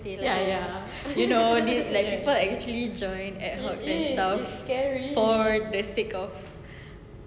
say lah you know did like people like actually join ad hoc and stuff for the sake of